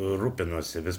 rūpinosi vis